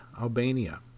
Albania